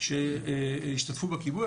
שהשתתפו בכיבוי,